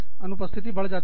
अनुपस्थिति बढ़ जाती है